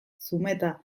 zumeta